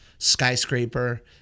skyscraper